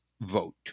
vote